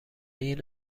این